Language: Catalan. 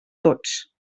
tots